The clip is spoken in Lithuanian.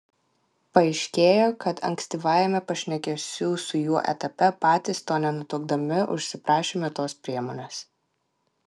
paaiškėjo kad ankstyvajame pašnekesių su juo etape patys to nenutuokdami užsiprašėme tos priemonės